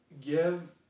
Give